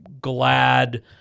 Glad